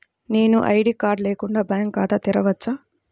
నేను ID card లేకుండా bank ఖాతా తెరవచ్చా?